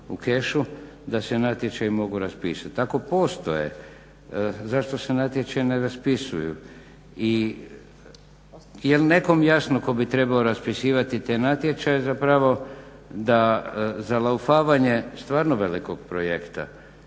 u kešu da se natječaji mogu raspisati? Ako postoje zašto se natječaji ne raspisuju? I jel' nekom jasno tko bi trebao raspisivati te natječaje zapravo da zalaufavanje stvarno velikog projekta